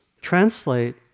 translate